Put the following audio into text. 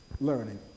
Learning